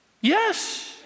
Yes